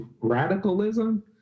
radicalism